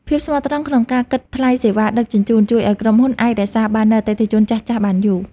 ភាពស្មោះត្រង់ក្នុងការគិតថ្លៃសេវាដឹកជញ្ជូនជួយឱ្យក្រុមហ៊ុនអាចរក្សាបាននូវអតិថិជនចាស់ៗបានយូរ។